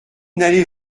n’allez